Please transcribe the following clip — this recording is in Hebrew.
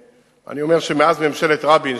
מאז ממשלת רבין,